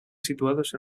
situados